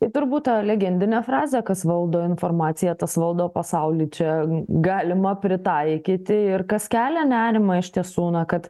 tai turbūt legendinę frazę kas valdo informaciją tas valdo pasaulį čia galima pritaikyti ir kas kelia nerimą iš tiesų na kad